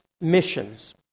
missions